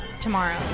tomorrow